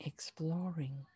exploring